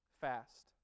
fast